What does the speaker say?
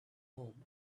home